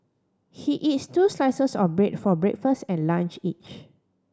he eats two slices of bread for breakfast and lunch each